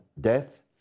death